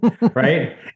right